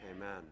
Amen